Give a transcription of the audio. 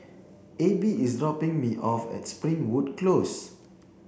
Abby is dropping me off at Springwood Close